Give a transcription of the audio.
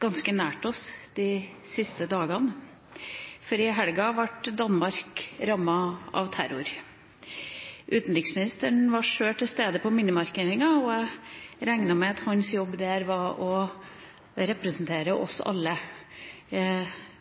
ganske nær oss de siste dagene, for i helga ble Danmark rammet av terror. Utenriksministeren var sjøl til stede på minnemarkeringa. Jeg regner med at hans jobb der, under den markeringa, var å representere oss alle,